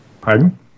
Pardon